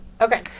Okay